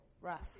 Rough